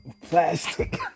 plastic